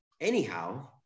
anyhow